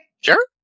Sure